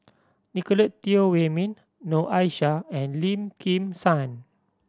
Nicolette Teo Wei Min Noor Aishah and Lim Kim San